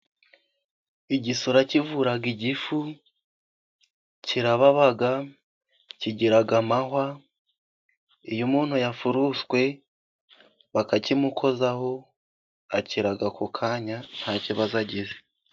Igisura kivura igifu kirababa, kigira amahwa, iyo umuntu yafuruswe bakakimukozaho, akira ako kanya nta kibazo agize.